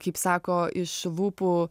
kaip sako iš lūpų